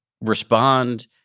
respond